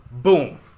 Boom